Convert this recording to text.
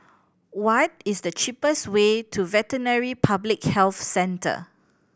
what is the cheapest way to Veterinary Public Health Centre